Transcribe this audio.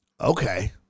Okay